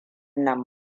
nan